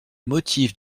motifs